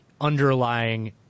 underlying